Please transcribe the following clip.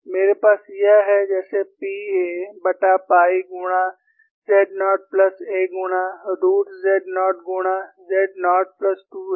मेरे पास यह है जैसे P aपाई गुणा z नॉट plus a गुणा रूट z नॉट गुणा z नॉट प्लस 2 a